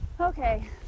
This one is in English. Okay